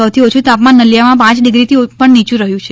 સૌથી ઓછું તાપમાન નલિયામાં પાંચ ડિગ્રીથી પણ નીચું રહ્યું છે